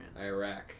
Iraq